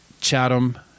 Chatham